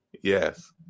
Yes